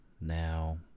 Now